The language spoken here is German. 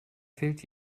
fehlt